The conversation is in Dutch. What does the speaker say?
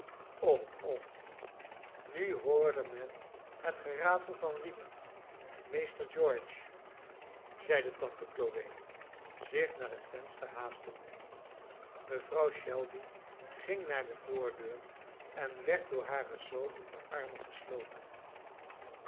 och och nu hoorde men het geratel van wielen meester george zeide tante chloe zich naar het venster haastende mevrouw shelby ging naar de voordeur en werd door haren zoon in de armen gesloten